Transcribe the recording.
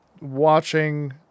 Watching